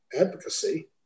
advocacy